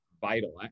vital